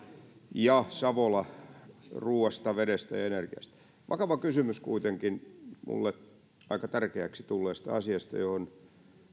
ja savola ruuasta vedestä ja energiasta vakava kysymys kuitenkin minulle aika tärkeäksi tulleesta asiasta johon